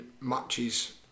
matches